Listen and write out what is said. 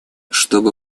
чтобы